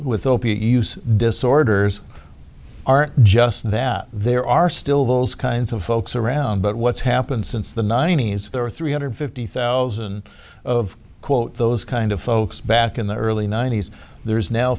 use disorders aren't just that there are still those kinds of folks around but what's happened since the ninety's there were three hundred fifty thousand of quote those kind of folks back in the early ninety's there's now